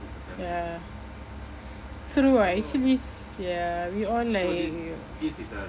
ya true ah actually it's ya we all like